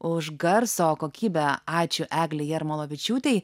už garso kokybę ačiū eglei jarmalavičiūtei